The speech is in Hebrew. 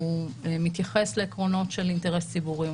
הוא מתייחס לעקרונות של אינטרס ציבורי,